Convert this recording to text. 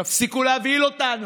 תפסיקו להבהיל אותנו,